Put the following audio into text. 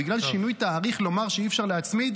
בגלל שינוי תאריך לומר שאי-אפשר להצמיד?